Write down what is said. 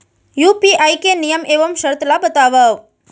UPI के नियम एवं शर्त ला बतावव